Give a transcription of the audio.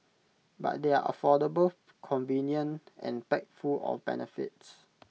but they are affordable convenient and packed full of benefits